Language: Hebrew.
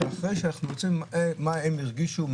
מה הם הרגישו,